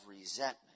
resentment